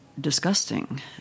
disgusting